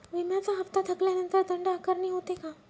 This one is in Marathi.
विम्याचा हफ्ता थकल्यानंतर दंड आकारणी होते का?